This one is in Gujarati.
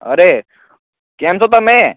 અરે કેમ છો તમે